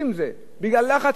בגלל לחץ של חברות הביטוח.